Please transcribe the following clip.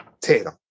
Tatum